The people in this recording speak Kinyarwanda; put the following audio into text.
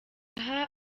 aha